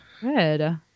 Good